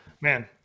man